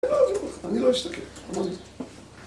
אני לא אשתקע, אני לא אשתקע